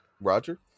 Roger